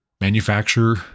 manufacture